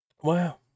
Wow